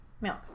Milk